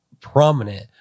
prominent